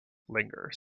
lingers